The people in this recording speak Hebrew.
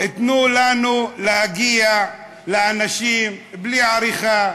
תנו לנו להגיע לאנשים בלי עריכה,